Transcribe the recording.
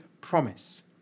promise